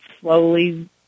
slowly